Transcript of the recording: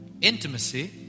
Intimacy